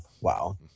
wow